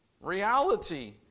Reality